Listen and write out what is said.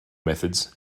methods